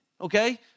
Okay